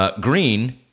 Green